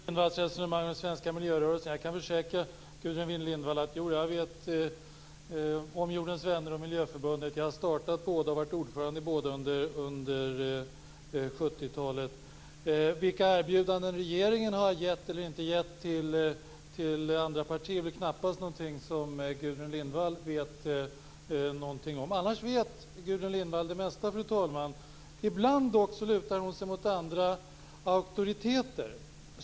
Fru talman! Först till Gudrun Lindvalls resonemang om den svenska miljörörelsen. Jag kan försäkra Gudrun Lindvall att jag känner till Jorden vänner och Miljöförbundet. Jag har startat båda och varit ordförande i båda under 70-talet. Vilka erbjudanden regeringen har givit eller inte givit till andra partier är väl knappast något som Gudrun Lindvall vet någonting om. Annars vet Gudrun Lidvall det mesta, fru talman. Ibland lutar hon sig dock mot andra auktoriteter.